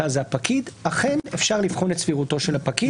זה הפקיד אכן אפשר לבחון את סבירותו של הפקיד.